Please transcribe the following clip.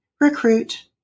recruit